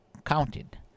counted